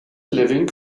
living